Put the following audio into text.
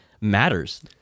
matters